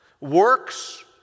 works